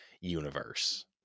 universe